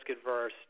adverse